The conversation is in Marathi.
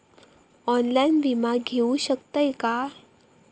ऑनलाइन विमा घेऊ शकतय का?